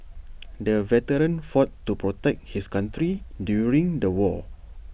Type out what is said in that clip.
the veteran fought to protect his country during the war